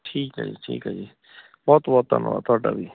ਠੀਕ ਹੈ ਠੀਕ ਹੈ ਜੀ ਬਹੁਤ ਬਹੁਤ ਧੰਨਵਾਦ ਤੁਹਾਡਾ ਵੀ